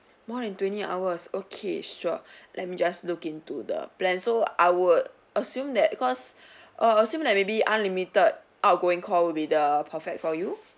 more than twenty hours okay sure let me just look into the plan so I would assume that cause err assume like maybe unlimited outgoing call would be the perfect for you